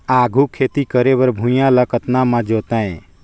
आघु खेती करे बर भुइयां ल कतना म जोतेयं?